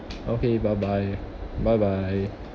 okay bye bye bye bye